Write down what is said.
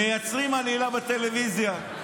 מייצרים עלילה בטלוויזיה.